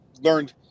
learned